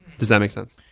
does that make sense?